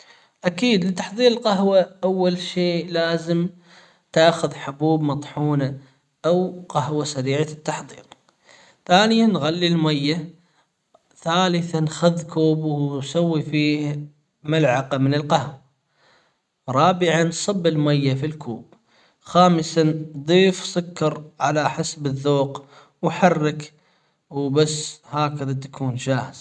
أكيد لتحضير القهوة اول شيء لازم تاخذ حبوب مطحونة أو قهوة سريعة التحضير ثانيًا غلي الميه ثالثًا خذ كوب وسوي فيه ملعقة من القهوة رابعًا صب الميه في الكوب خامسًا ضيف سكر على حسب الذوق وحرك وبس هكذا تكون جاهزة.